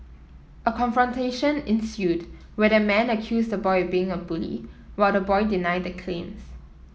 a confrontation ensued where the man accused the boy of being a bully while the boy denied the claims